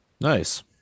Nice